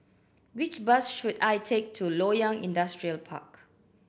which bus should I take to Loyang Industrial Park